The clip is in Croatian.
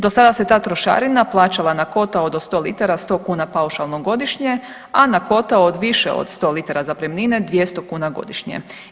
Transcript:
Do sada se ta trošarina plaćala na kotao do 100 litara, 100 kuna paušalno godišnje, a na kotao od više od 100 litara zapremnine 200 kuna godišnje.